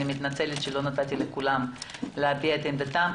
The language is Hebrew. אני מתנצלת שלא נתתי לכולם להביע את עמדתם.